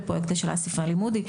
לפרויקט השאלת ספרי לימוד.